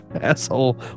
asshole